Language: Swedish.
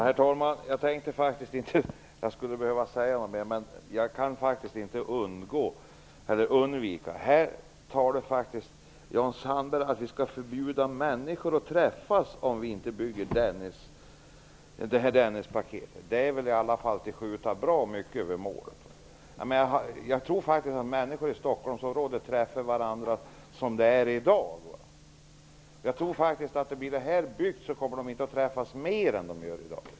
Herr talman! Jag trodde inte att jag skulle behöva säga något mer, men jag kan inte undvika det. Här talar Jan Sandberg om att vi skulle förbjuda människor att träffas om vi inte vill genomföra Dennispaketet. Det är att skjuta mycket över målet. Jag tror att människor i Stockholmsområdet träffar varandra redan i dag. Om projektet byggs kommer de inte att träffas mer än de gör i dag.